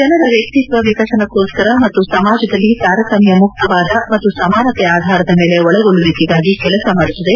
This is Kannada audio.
ಜನರ ವ್ಹಕ್ತಿತ್ವ ವಿಕಸನಕ್ಕೋಸ್ಕರ ಮತ್ತು ಸಮಾಜದಲ್ಲಿ ತಾರತಮ್ಯ ಮುಕ್ತವಾದ ಮತ್ತು ಸಮಾನತೆ ಆಧಾರದ ಮೇಲೆ ಒಳಗೊಳ್ಳುವಿಕೆಗಾಗಿ ಕೆಲಸ ಮಾಡುತ್ತದೆ